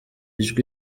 ijwi